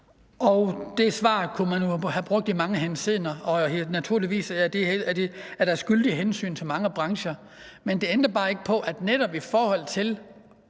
Det svar kunne man jo have brugt i mange henseender, og naturligvis er der et skyldigt hensyn til mange brancher. Men det ændrer bare ikke på, at der netop for